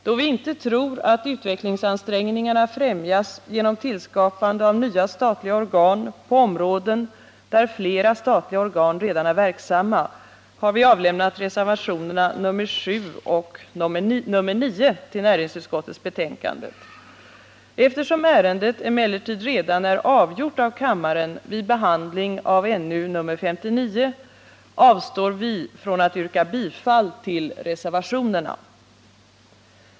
Då vi inte tror att utvecklingsansträngningarna främjas genom tillskapande av nya statliga organ på områden där flera statliga organ redan är verksamma, har vi avlämnat reservationerna 7 och 9 till näringsutskottets betänkande. Eftersom ärendet emellertid redan är avgjort av kammaren vid behandlingen av näringsutskottets betänkande nr 59 avstår vi från att yrka bifall till reservationerna.